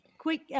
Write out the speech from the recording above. quick